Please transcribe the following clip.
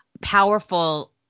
powerful